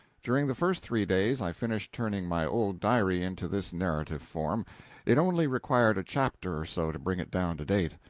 during the first three days, i finished turning my old diary into this narrative form it only required a chapter or so to bring it down to date.